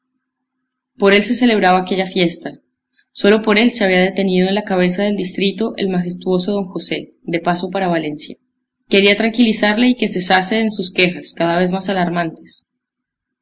por él se celebraba aquella fiesta sólo por él se había detenido en la cabeza del distrito el majestuoso don josé de paso para valencia quería tranquilizarle y que cesase en sus quejas cada vez más alarmantes